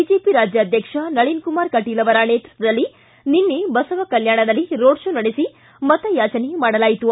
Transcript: BJP ರಾಜ್ಯಾಧ್ಯಕ್ಷ ನಳಿನ್ ಕುಮಾರ್ ಕಟೀಲ್ ಅವರ ನೇತೃತ್ವದಲ್ಲಿ ನಿನ್ನೆ ಬಸವಕಲ್ಕಾಣದಲ್ಲಿ ರೋಡ್ ಶೋ ನಡೆಸಿ ಮತ ಯಾಚನೆ ಮಾಡಲಾಯಿತು